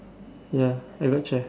ya I go check